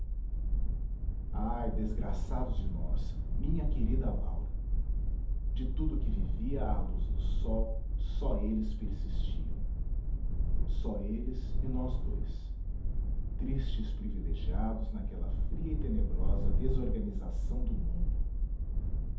ai desgraçados de nós minha querida laura de tudo que vivia à luz do sol só eles persistiam só eles e nós dois tristes privilegiados naquela fria e tenebrosa desorganização do mundo